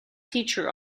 teacher